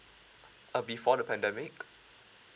uh before the pandemic